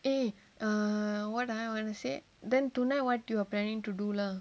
eh err what do I wanna say then tonight what you're planning to do lah